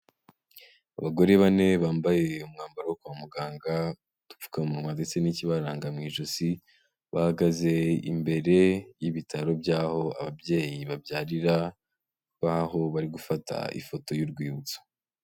Abagore bane bambaye umwambaro wo kwa muganga, udupfukamunwa ndetse n'ikibaranga mu ijosi bahagaze imbere y'ibitaro by'aho ababyeyi babyarira, baho bari gufata ifoto y'urwibutso.